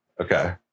Okay